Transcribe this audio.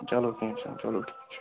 چلو کینٛہہ چھُنہٕ چلو ٹھیٖک چھُ